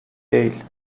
değil